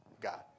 God